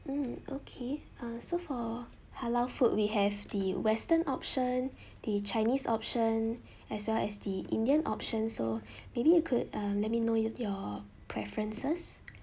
mm okay uh so for halal food we have the western option the chinese option as well as the indian option so maybe you could um let me know your preferences